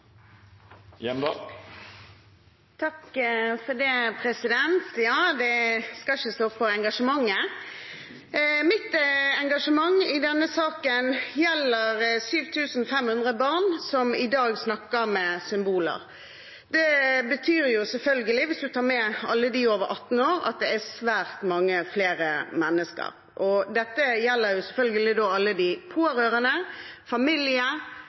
Det skal ikke stå på engasjementet. Mitt engasjement i denne saken gjelder 7 500 barn som i dag snakker ved hjelp av symboler. Det betyr jo selvfølgelig, hvis en tar med alle over 18 år, at det er svært mange flere mennesker – det gjelder alle de pårørende, familie,